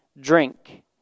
drink